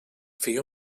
feia